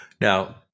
Now